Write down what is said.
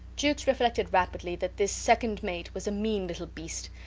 jukes reflected rapidly that this second mate was a mean little beast,